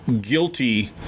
guilty